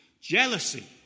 jealousy